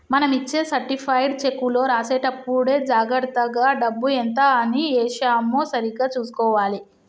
మనం ఇచ్చే సర్టిఫైడ్ చెక్కులో రాసేటప్పుడే జాగర్తగా డబ్బు ఎంత అని ఏశామో సరిగ్గా చుసుకోవాలే